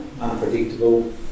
unpredictable